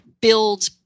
build